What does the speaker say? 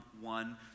one